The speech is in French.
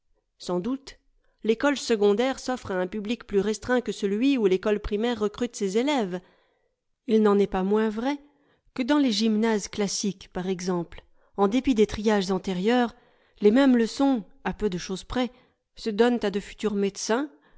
sans doute l'école secondaire s'offre à un public plus restreint que celui où l'école primaire recrute ses élèves il n'en est pas moins vrai que dans les gymnases classiques par exemple en dépit des triages antérieurs les mêmes leçons à peu de chose près se donnent à de futurs médecins